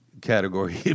category